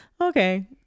Okay